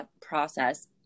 process